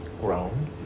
grown